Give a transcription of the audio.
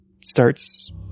starts